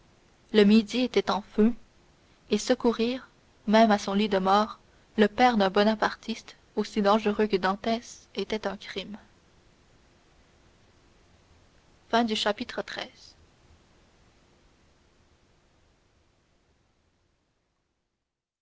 le midi était en feu et secourir même à son lit de mort le père d'un bonapartiste aussi dangereux que dantès était un crime